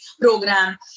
program